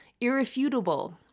Irrefutable